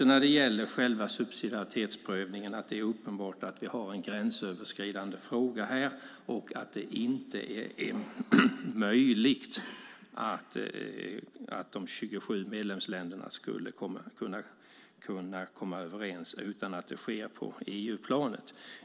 När det gäller själva subsidiaritetsprövningen är det uppenbart att vi här har en gränsöverskridande fråga och att det inte är möjligt att de 27 medlemsländerna ska kunna komma överens utan att det sker på EU-planet.